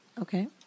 Okay